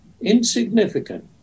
insignificant